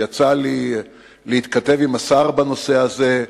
יצא לי להתכתב עם השר בנושא הזה,